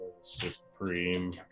Supreme